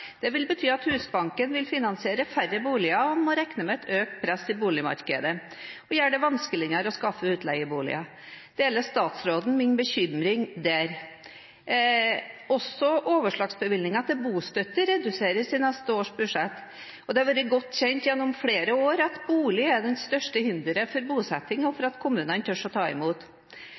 Det vil bety at Husbanken vil finansiere færre boliger, en må regne med et økt press i boligmarkedet, og det gjør det vanskeligere å skaffe utleieboliger. Deler statsråden min bekymring der? Også overslagsbevilgningen til bostøtte reduseres i neste års budsjett, og det har vært godt kjent gjennom flere år at bolig er det største hinderet for bosetting og for